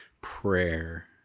prayer